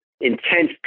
intense